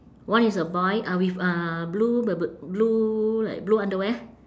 one is a boy uh with uh blue b~ b~ blue like blue underwear